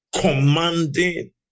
commanding